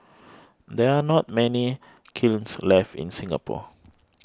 there are not many kilns left in Singapore